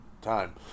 time